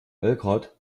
belgrad